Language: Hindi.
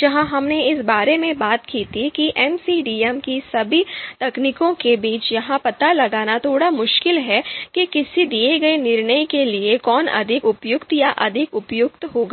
जहां हमने इस बारे में बात की थी कि MCDM की सभी तकनीकों के बीच यह पता लगाना थोड़ा मुश्किल है कि किसी दिए गए निर्णय के लिए कौन अधिक उपयुक्त या अधिक उपयुक्त होगा